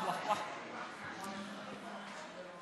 השרה תסכם.